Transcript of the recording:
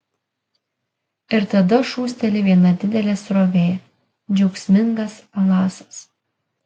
ir tada šūsteli viena didelė srovė džiaugsmingas alasas